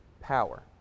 power